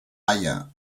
haia